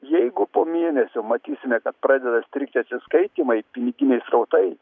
jeigu po mėnesio matysime kad pradeda strigti atsiskaitymai piniginiai srautai